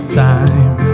time